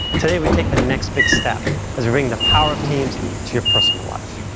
today, we take the next big step as we bring the power of teams to your personal life.